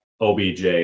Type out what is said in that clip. OBJ